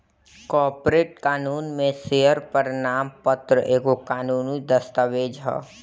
corporate कानून में share प्रमाण पत्र एगो कानूनी दस्तावेज हअ